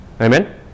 amen